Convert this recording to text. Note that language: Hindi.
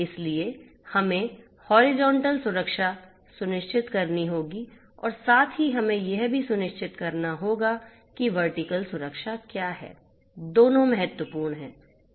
इसलिए हमें हॉरिजॉन्टल सुरक्षा सुनिश्चित करनी होगी और साथ ही हमें यह भी सुनिश्चित करना होगा कि यह वर्टीकल सुरक्षा क्या है दोनों महत्वपूर्ण हैं